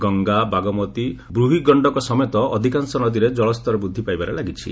ଗଙ୍ଗା ବାଗମତୀ ଓ ବୁର୍ହି ଗଣ୍ଡକ ସମେତ ଅଧିକାଂଶ ନଦୀରେ ଜଳସ୍ତର ବୃଦ୍ଧି ପାଇବାରେ ଲାଗିଛି